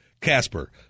Casper